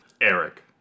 Eric